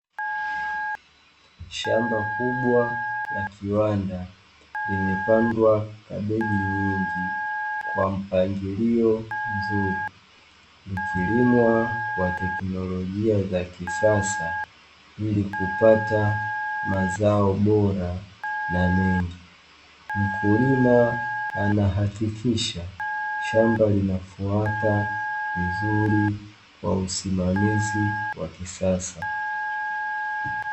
Shamba kubwa na kiwanda imepandwa kabegi kwa mpangilio wa teknolojia za kisasa, ili kupata mazao bora na mengi mkulima anahakikisha shamba linafuata wa usimamizi wa kisasa.